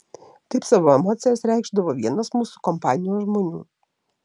taip savo emocijas reikšdavo vienas mūsų kompanijos žmonių